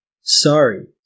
Sorry